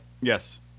yes